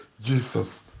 Jesus